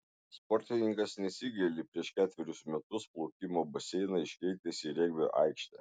sportininkas nesigaili prieš ketverius metus plaukimo baseiną iškeitęs į regbio aikštę